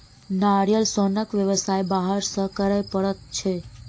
नारियल सोनक व्यवसाय बाहर सॅ करय पड़ैत छै